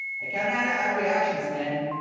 i cannot ah add reactions, man.